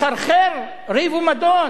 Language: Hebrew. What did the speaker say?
מחרחר ריב ומדון.